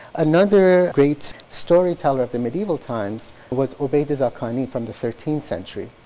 another great storyteller of the medieval times was ubayd zakani from the thirteenth century.